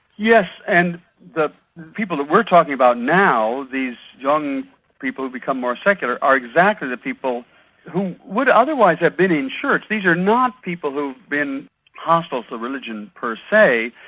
yes, and the people that we're talking about now, these young people who've become more secular are exactly the people who would otherwise have been in church. these are not people who've been hostile to religion per se,